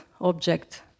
object